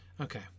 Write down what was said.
Okay